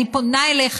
אני פונה אליך,